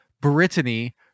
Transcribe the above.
Brittany